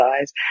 eyes